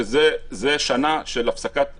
שזה שנה של הפסקת עבודות,